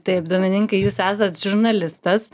taip domininkai jūs esat žurnalistas